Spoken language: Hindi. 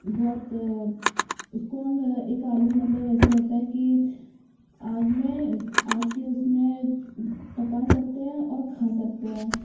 बहुत उसको हम एक आलू मतलब ऐसे रहता है कि आग में आग के उसमें पका सकते हैं और खा सकते हैं